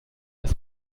ist